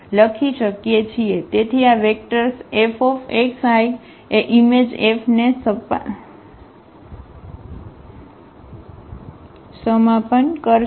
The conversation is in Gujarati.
તેથી આ વેક્ટર્સ F એ ઈમેજ F ને સપાન કરશે